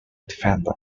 defender